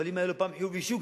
אם היה לו פעם חיוב אישי,